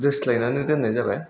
दोस्लायनानै दोन्नाय जाबाय